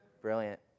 Brilliant